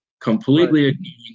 Completely